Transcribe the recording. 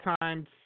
times